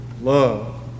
Love